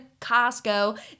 Costco